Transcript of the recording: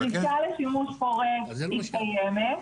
הדרישה לשימוש חורג היא קיימת.